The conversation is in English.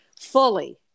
fully